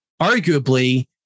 arguably